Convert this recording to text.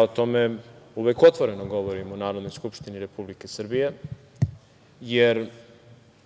O tome uvek otvoreno govorim u Narodnoj skupštini Republike Srbije, jer